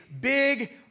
big